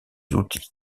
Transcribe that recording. outils